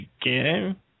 again